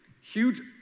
huge